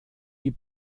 die